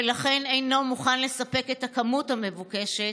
ולכן אינו מוכן לספק את הכמות המבוקשת,